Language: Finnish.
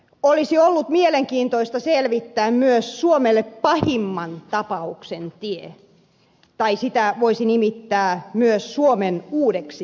olisi ollut mielenkiintoista selvittää myös suomelle pahimman tapauksen tie tai sitä voisi nimittää myös suomen uudeksi tieksi